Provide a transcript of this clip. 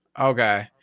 Okay